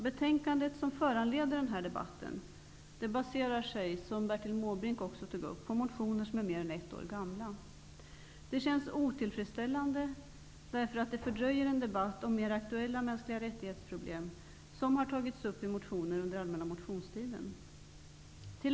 Betänkandet, som föranleder den här debatten, baserar sig i huvudsak på motioner som är mer än ett år gamla, vilket också Bertil Måbrink tog upp. Det känns otillfredsställande därför att det fördröjer en debatt om mer aktuella mänskliga rättighets-problem som har tagits upp i motioner under allmänna motionstiden.